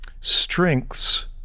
strengths